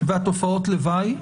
ותופעות הלוואי?